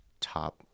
top